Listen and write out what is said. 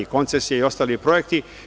Koncesije i ostali projekti.